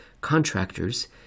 contractors